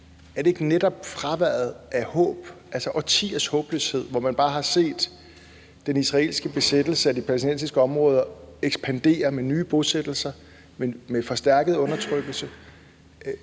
Er det ikke netop fraværet af håb, altså årtiers håbløshed, hvor man bare set den israelske besættelse af de palæstinensiske områder ekspandere med nye bosættelser, med forstærket undertrykkelse?